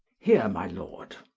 here, my lord.